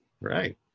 Right